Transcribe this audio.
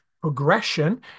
progression